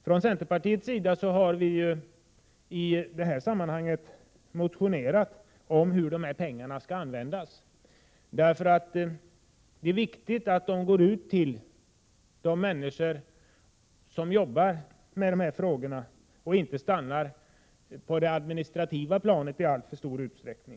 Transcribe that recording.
Från centerpartiets sida har vi i det här sammanhanget motionerat om hur dessa pengar skall användas, därför att det är viktigt att pengarna går till de människor som jobbar med dessa saker och att de inte stannar på det administrativa planet i alltför stor utsträckning.